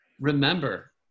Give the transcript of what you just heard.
remember